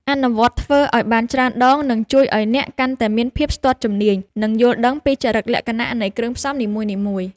អនុវត្តធ្វើឱ្យបានច្រើនដងនឹងជួយឱ្យអ្នកកាន់តែមានភាពស្ទាត់ជំនាញ និងយល់ដឹងពីចរិតលក្ខណៈនៃគ្រឿងផ្សំនីមួយៗ។